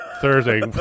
Thursday